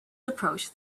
approach